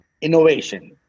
innovation